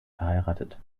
verheiratet